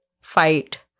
Fight